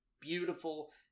beautiful